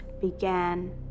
began